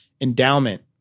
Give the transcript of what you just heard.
endowment